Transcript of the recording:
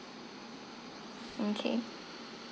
okay